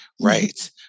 right